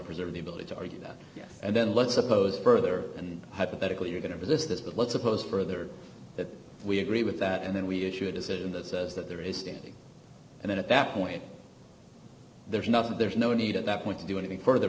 preserve the ability to argue that and then let's suppose further and hypothetically you're going to resist this but let's suppose further that we agree with that and then we issue a decision that says that there is standing and then at that point there's nothing there's no need at that point to do anything further